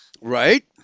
right